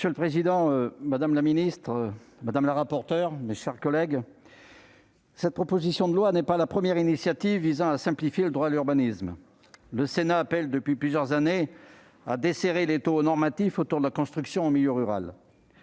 Monsieur le président, madame la secrétaire d'État, mes chers collègues, cette proposition de loi n'est pas la première initiative visant à simplifier le droit de l'urbanisme. Le Sénat appelle depuis plusieurs années à desserrer l'étau normatif sur la construction en milieu rural.